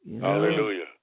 Hallelujah